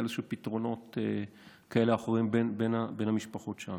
לפתרונות כאלה או אחרים בין המשפחות שם.